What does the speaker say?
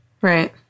Right